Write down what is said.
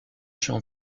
jean